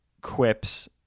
quips